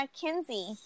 Kinsey